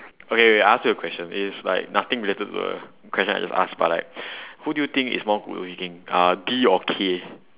okay wait I ask you a question it's like nothing related to the question I just asked but like who do you think is more good looking uh D or K